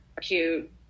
cute